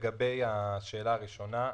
לגבי השאלה הראשונה,